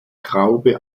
traube